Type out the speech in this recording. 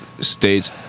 States